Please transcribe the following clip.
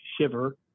shiver